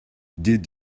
did